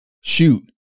shoot